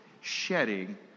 Shedding